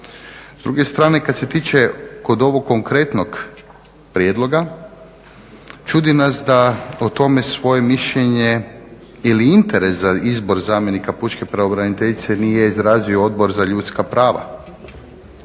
S druge strane, kad se tiče kod ovog konkretnog prijedloga, čudi nas da o tome svoje mišljenje ili interes za izbor zamjenika pučke pravobraniteljice nije izrazio Odbor za ljudska prava.